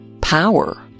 power